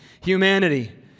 humanity